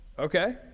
Okay